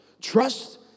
Trust